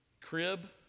crib